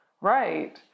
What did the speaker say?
right